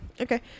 Okay